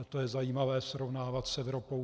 To je zajímavé srovnávat s Evropou.